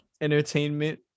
entertainment